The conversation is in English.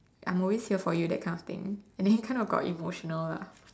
I'm always here for you that kind of thing and then he kind of got emotional lah